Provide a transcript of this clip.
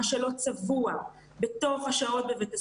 מה שלא צבוע בתוך השעות של בית הספר,